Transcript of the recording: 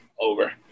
over